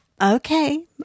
Okay